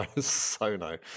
Sono